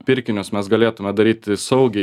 pirkinius mes galėtume daryt saugiai